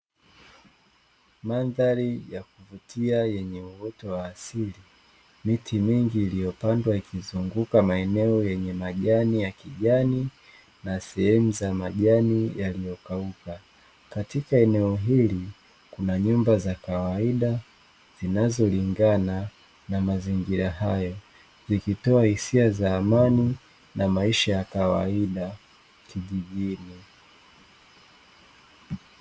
Mandhari ya kuvutia yenye uoto wa asili, miti mingi iliyopandwa ikizunguka maeneo yenye majani ya kijani na sehemu za majani yaliyokauka. Katika eneo hili kuna nyumba za kawaida zinazolingana na mazingira hayo, zikitoa hisia za amani na maisha ya kawaida kijijini.